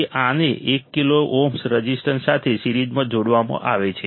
તેથી આને એક કિલો ઓહ્મ રઝિસ્ટર સાથે સીરીજમાં જોડવામાં આવે છે